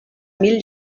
mil